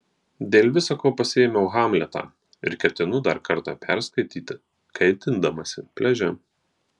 dėl visa ko pasiėmiau hamletą ir ketinu dar kartą perskaityti kaitindamasi pliaže